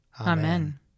Amen